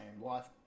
life